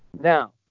Now